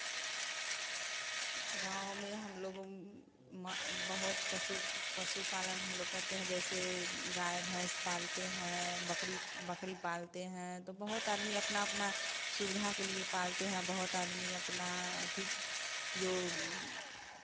गाँव में हम लोगों बहुत पशु पशु पालन हम लोग करते हैं जैसे गाय भैंस पालते हैं बकरी बकरी पालते हैं तो बहुत आदमी अपना अपना सुविधा के लिए पालते हैं और बहुत आदमी आपना अधिक जो